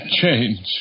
change